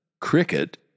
Cricket